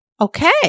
okay